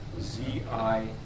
Z-I